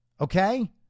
Okay